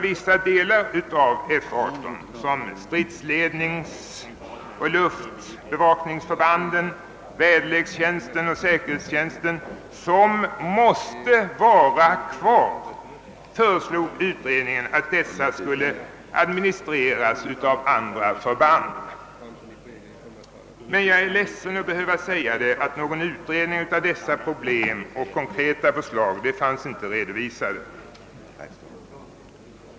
Vissa delar av F18 — stridsledningsoch luftbe vakningsförbanden, <väderlekstjänsten och säkerhetstjänsten, som måste vara kvar — föreslog utredningen skulle administreras av andra förband. Jag är ledsen att behöva säga att någon utredning av dessa problem och konkreta förslag inte fanns redovisade.